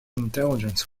intelligence